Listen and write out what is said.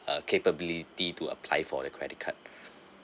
uh capability to apply for a credit card